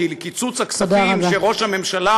כי קיצוץ הכספים שראש הממשלה,